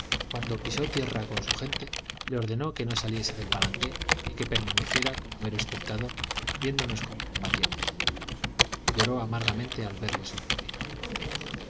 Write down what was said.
cuando pisó tierra con su gente le ordenó que no saliese del balang ué y que permaneciera como mero espectador viéndonos cómo combatíamos lloró amargfamente al verle sucumbir